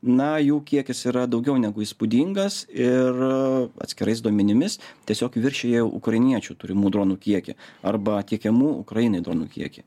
na jų kiekis yra daugiau negu įspūdingas ir atskirais duomenimis tiesiog viršija ukrainiečių turimų dronų kiekį arba tiekiamų ukrainai dronų kiekį